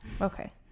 okay